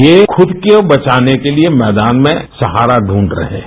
ये खुद को बचाने के लिए मैदान में सहारा दूंव रहे हैं